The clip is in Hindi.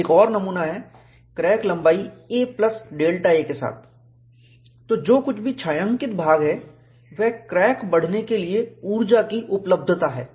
एक और नमूना हैं क्रैक लम्बाई a प्लस डेल्टा a के साथ जो कुछ भी छायांकित भाग है वह क्रैक के बढ़ने के लिए ऊर्जा की उपलब्धता है